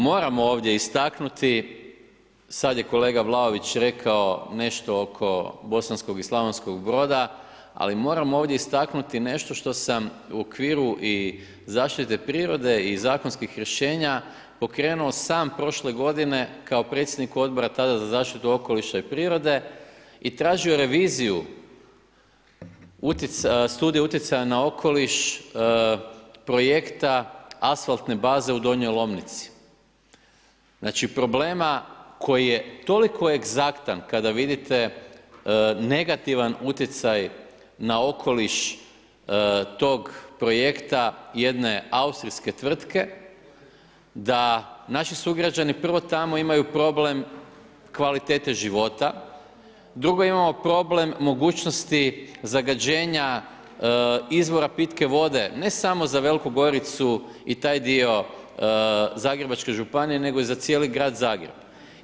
Moramo ovdje istaknuti, sada je kolega Vlaović rekao nešto oko Bosanskog i Slavonskog Broda, ali moram ovdje istaknuti nešto što sam i okviru zaštite prirode i zakonskih rješenja pokrenuo sam prošle godine kao predsjednik tada Odbor za zaštitu okoliša i prirode i tražio reviziju Studija utjecaja na okoliš, projekta „Asfaltne baze u Donjoj Lomnici“, znači problema koji je toliko egzaktan kada vidite negativan utjecaj na okoliš tog projekta, jedne austrijske tvrtke da naši sugrađani prvo tamo imaju problem kvalitete života, drugo imamo problem mogućnosti zagađenja izvora pitke vode, ne samo za Veliku Goricu i taj dio Zagrebačke županije nego za cijeli grad Zagreb.